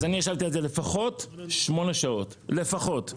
אז אני ישבתי על זה לפחות שמונה שעות, לפחות.